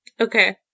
Okay